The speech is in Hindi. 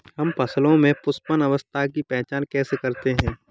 हम फसलों में पुष्पन अवस्था की पहचान कैसे करते हैं?